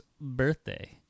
birthday